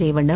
Revanna